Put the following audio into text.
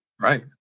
Right